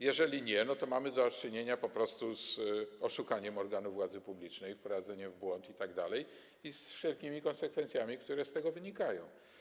Jeżeli nie, to mamy do czynienia po prostu z oszukaniem organu władzy publicznej, wprowadzeniem w błąd itd., i z wszelkimi konsekwencjami, które z tego wynikają.